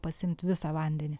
pasiimt visą vandenį